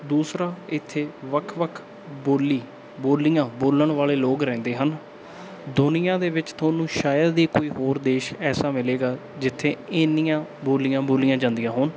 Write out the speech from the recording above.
ਦੂਸਰਾ ਇੱਥੇ ਵੱਖ ਵੱਖ ਬੋਲੀ ਬੋਲੀਆਂ ਬੋਲਣ ਵਾਲੇ ਲੋਕ ਰਹਿੰਦੇ ਹਨ ਦੁਨੀਆਂ ਦੇ ਵਿੱਚ ਤੁਹਾਨੂੰ ਸ਼ਾਇਰ ਦੀ ਕੋਈ ਹੋਰ ਦੇਸ਼ ਐਸਾ ਮਿਲੇਗਾ ਜਿੱਥੇ ਇੰਨੀਆਂ ਬੋਲੀਆਂ ਬੋਲੀਆਂ ਜਾਂਦੀਆਂ ਹੋਣ